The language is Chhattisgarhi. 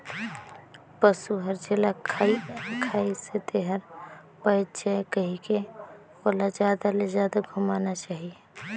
पसु हर जेला खाइसे तेहर पयच जाये कहिके ओला जादा ले जादा घुमाना चाही